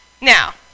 Now